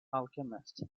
alchemist